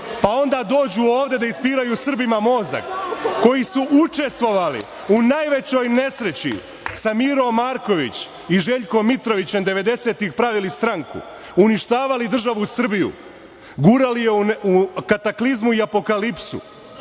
a onda dođu ovde da ispiraju Srbima mozak, koji su učestvovali u najvećoj nesreći sa Mirom Marković i Željkom Mitrovićem, devedesetih, pravili stranku, uništavali državu Srbiju, gurali je u kataklizmu i apokalipsu,